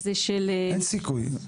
אין סיכוי.